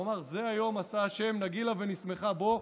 הוא אמר: "זה היום עשה ה' נגילה ונשמחה בו".